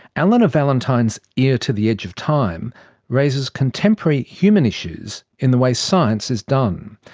alana valentine's ear to the edge of time raises contemporary human issues in the way science is done.